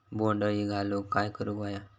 बोंड अळी घालवूक काय करू व्हया?